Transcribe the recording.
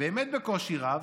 באמת בקושי רב,